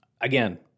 again